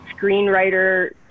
screenwriter